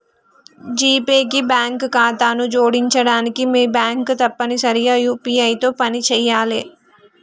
GPay కి bank ఖాతాను జోడించడానికి మీ బ్యాంక్ తప్పనిసరిగా యూ.పీ.ఐ తో పనిచేయాలే